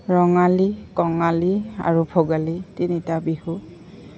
ৰঙালী কঙালী আৰু ভোগালী তিনিটা বিহু